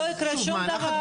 לא יקרה שום דבר.